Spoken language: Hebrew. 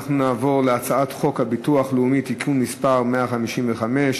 אנחנו נעבור להצעת חוק הביטוח הלאומי (תיקון מס' 155),